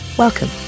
Welcome